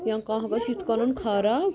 یا کانٛہہ گَژھہِ یِتھ کٔنۍ خراب